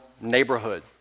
neighborhood